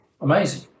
Amazing